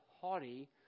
haughty